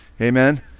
amen